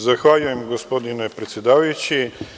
Zahvaljujem, gospodine predsedavajući.